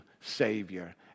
savior